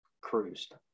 cruised